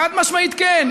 חד-משמעית כן,